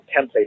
template